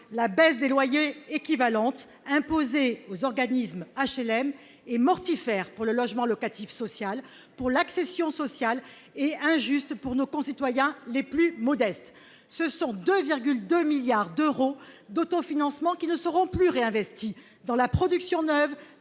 la baisse des loyers équivalente imposée aux organismes HLM et mortifère pour le logement locatif social pour l'accession sociale et injuste pour nos concitoyens les plus modestes, ce sont 2,2 milliards d'euros d'autofinancement qui ne seront plus réinvestis dans la production neuve